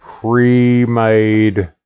pre-made